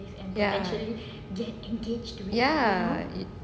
ya ya